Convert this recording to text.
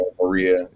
Maria